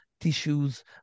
tissues